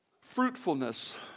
Fruitfulness